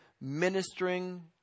ministering